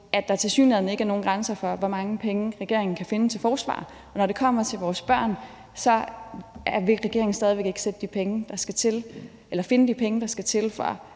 at der tilsyneladende ikke er nogen grænser for, hvor mange penge regeringen kan finde til forsvaret, og når det så kommer til vores børn, vil regeringen stadig væk ikke finde de penge, der skal til, for at